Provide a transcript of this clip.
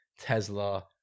Tesla